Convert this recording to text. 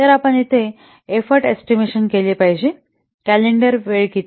तर आपण येथे इफ्फोर्टचे एस्टिमेशन केले पाहिजे कॅलेंडर वेळ किती